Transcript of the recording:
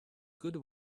good